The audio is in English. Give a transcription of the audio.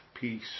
peace